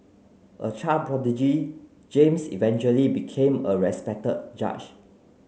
a child prodigy James eventually became a respected judge